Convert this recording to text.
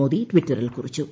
മോദി ട്വിറ്ററിൽ കുറിച്ചു